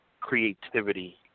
creativity